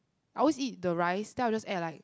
I always eat the rice then I will just add like